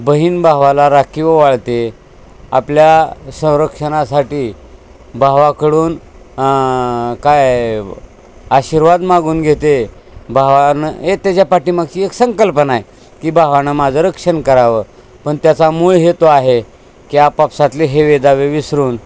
बहीण भावाला राखी ओवाळते आपल्या संरक्षणासाठी भावाकडून काय आशीर्वाद मागून घेते भावानं हे त्याच्या पाठीमागची एक संकल्पना आहे की भावानं माझं रक्षण करावं पण त्याचा मूळ हे तो आहे की आपापसातले हेवे दावे विसरून